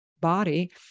body